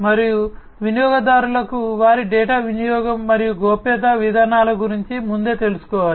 మరియు వినియోగదారులకు వారి డేటా వినియోగం మరియు గోప్యతా విధానాల గురించి ముందే తెలుసుకోవాలి